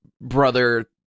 brother